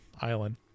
island